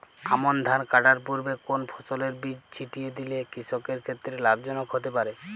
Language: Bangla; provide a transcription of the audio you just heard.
আমন ধান কাটার পূর্বে কোন ফসলের বীজ ছিটিয়ে দিলে কৃষকের ক্ষেত্রে লাভজনক হতে পারে?